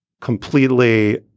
completely